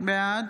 בעד